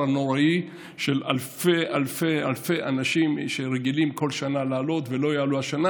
הנוראי של אלפי אלפי אנשים שרגילים כל שנה לעלות ולא יעלו השנה,